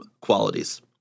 qualities